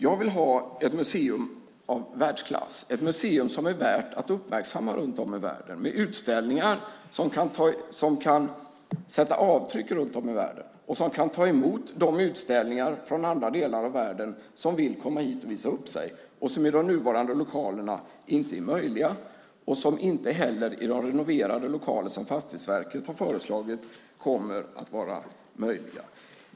Jag vill ha ett museum av världsklass - ett museum som är värt att uppmärksamma runt om i världen. Det ska ha utställningar som kan sätta avtryck runt om i världen, och det ska kunna ta emot utställningar från andra delar av världen som vill komma hit och visa upp sig. Det är inte möjligt i de nuvarande lokalerna, och det kommer inte heller att vara möjligt i de renoverade lokaler som Fastighetsverket har föreslagit.